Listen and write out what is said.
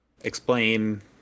explain